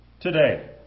Today